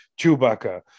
Chewbacca